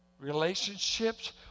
relationships